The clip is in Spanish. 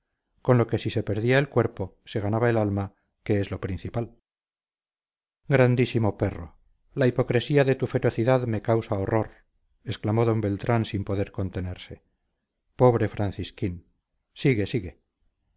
con lo que si se perdía el cuerpo se ganaba el alma que es lo principal grandísimo perro la hipocresía de tu ferocidad me causa horror exclamó don beltrán sin poder contenerse pobre francisquín sigue sigue